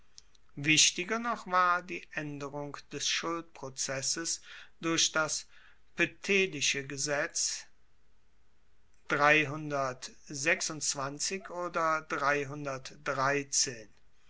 wichtiger noch war die aenderung des schuldprozesses durch das poetelische gesetz